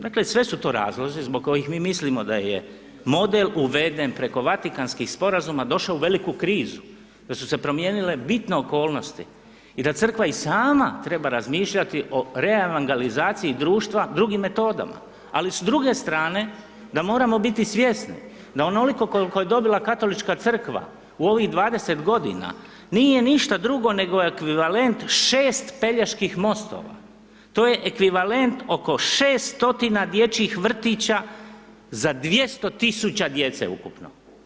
Dakle sve su to razlozi zbog kojih mi mislimo da je model uveden preko Vatikanskih sporazuma došao u veliku krizu jer su se promijenile bitne okolnosti i da Crkva i sama treba razmišljati o reevangelizaciji društva drugim metodama ali s druge strane da moramo biti svjesni da onoliko koliko je dobila Katolička crkva u ovih 20 g. nije ništa drugo nego je ekvivalent 6 Peljeških mostova, to je ekvivalent oko 600 dječjih vrtića za 200 000 djece ukupno.